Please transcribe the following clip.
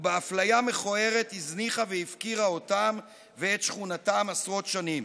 ובאפליה מכוערת הזניחה והפקירה אותם ואת שכונתם עשרות שנים.